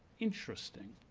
interesting.